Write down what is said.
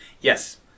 Yes